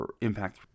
impact